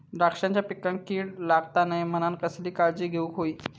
द्राक्षांच्या पिकांक कीड लागता नये म्हणान कसली काळजी घेऊक होई?